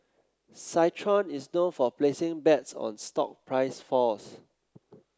citron is known for placing bets on stock price falls